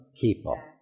people